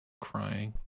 crying